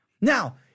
Now